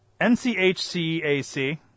NCHCAC